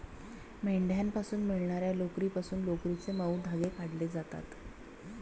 मेंढ्यांपासून मिळणार्या लोकरीपासून लोकरीचे मऊ धागे काढले जातात